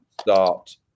start